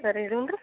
ಸರಿ ರೀ